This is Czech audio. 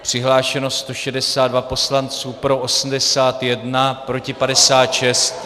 Přihlášeno 162 poslanců, pro 81, proti 56.